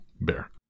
bear